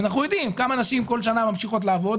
אנחנו יודעים כמה נשים כל שנה ממשיכות לעבוד,